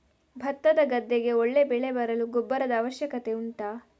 ಭತ್ತದ ಗದ್ದೆಗೆ ಒಳ್ಳೆ ಬೆಳೆ ಬರಲು ಗೊಬ್ಬರದ ಅವಶ್ಯಕತೆ ಉಂಟಾ